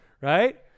right